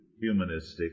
humanistic